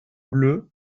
bleu